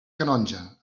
canonja